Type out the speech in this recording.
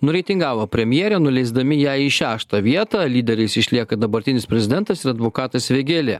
nureitingavo premjerę nuleisdami ją į šeštą vietą lyderiais išlieka dabartinis prezidentas ir advokatas vėgėlė